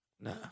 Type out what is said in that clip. No